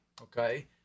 okay